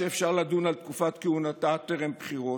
ממשלה שאפשר לדון על תקופת כהונתה טרם בחירות,